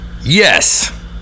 Yes